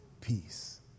peace